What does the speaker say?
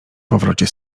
powrocie